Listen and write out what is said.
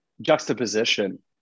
juxtaposition